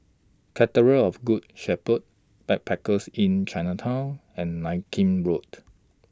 Cathedral of Good Shepherd Backpackers Inn Chinatown and Nankin Road